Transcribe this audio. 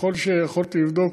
ככל שיכולתי לבדוק,